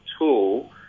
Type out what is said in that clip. tool